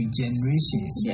generations